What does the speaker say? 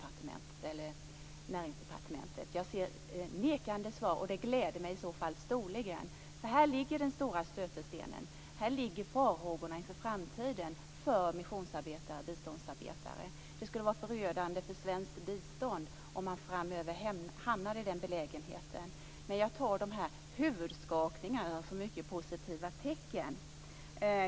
Jag ser att Björn Rosengren skakar nekande på huvudet, och det gläder mig storligen. Här ligger nämligen den stora stötestenen och farhågorna inför framtiden för missionsarbetare/biståndsarbetare. Det skulle vara förödande för svenskt bistånd om man hamnade i den belägenheten. Men jag tar Björn Rosengrens huvudskakningar som mycket positiva tecken.